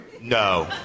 No